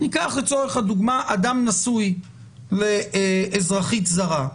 ניקח לצורך הדוגמה אדם נשוי לאזרחית זרה,